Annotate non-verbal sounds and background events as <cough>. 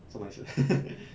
什么意思 <laughs>